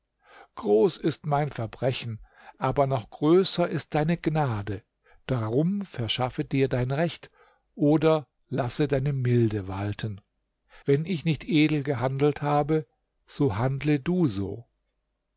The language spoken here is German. groß ist mein verbrechen aber noch größer ist deine gnade drum verschaffe dir dein recht oder lasse deine milde walten wenn nicht edel gehandelt habe so handle du so